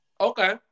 Okay